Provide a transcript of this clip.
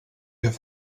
have